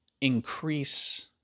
increase